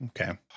okay